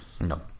No